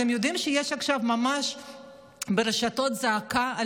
אתם יודעים שיש ממש עכשיו זעקה ברשתות על